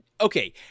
okay